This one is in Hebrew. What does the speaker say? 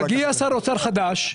מגיע שר אוצר חדש.